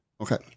okay